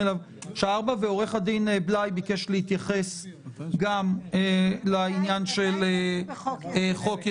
עו"ד בליי גם ביקש להתייחס לעניין של חוק-יסוד.